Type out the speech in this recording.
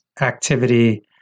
activity